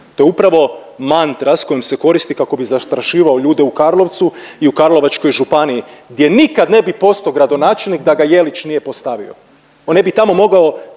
To je upravo mantra sa kojim se koristi kako bi zastrašivao ljude u Karlovcu i u Karlovačkoj županiji, gdje nikad ne bi postao gradonačelnik da ga Jelić nije postavio. On ne bi tamo mogao